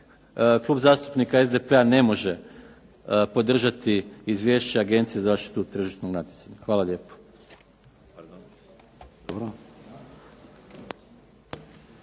Klub zastupnika SDP-a ne može podržati Izvješće Agencije za zaštitu tržišnog natjecanja. Hvala lijepa.